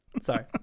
Sorry